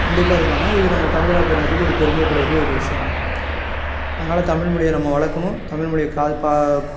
கண்டிப்பாக இருப்பாங்க இது நம்ம தமிழராக பிறந்ததுக்கு ஒரு பெருமை பட கூறிய ஒரு விஷயம் தான் அதனால தமிழ் மொழிய நம்ம வளர்க்கணும் தமிழ் மொழியை